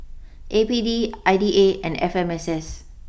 A P D I D A and F M S S